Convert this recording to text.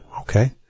okay